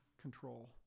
control